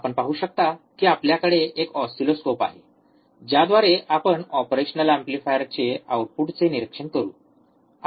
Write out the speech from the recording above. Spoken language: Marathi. आपण पाहू शकता की आपल्याकडे एक ऑसिलोस्कोप आहे ज्याद्वारे आपण ऑपरेशनल एम्पलीफायरच्या आउटपुटचे निरीक्षण करू